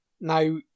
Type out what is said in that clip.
now